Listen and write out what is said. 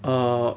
err